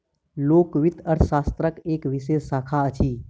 लोक वित्त अर्थशास्त्रक एक विशेष शाखा अछि